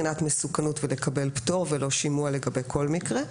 מסוכנות ולקבל פטור ולא שימוע לגבי כל מקרה.